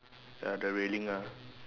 ya the railing ah